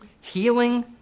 Healing